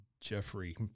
Jeffrey